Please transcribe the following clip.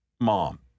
mom